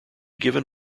given